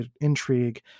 intrigue